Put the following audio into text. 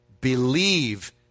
believe